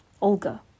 Olga